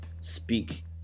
speak